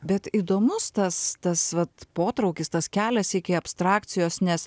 bet įdomus tas tas vat potraukis tas kelias iki abstrakcijos nes